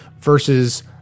versus